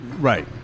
right